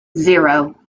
zero